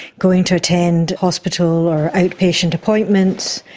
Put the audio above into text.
going to attend hospital or outpatient appointments,